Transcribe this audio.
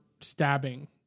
stabbing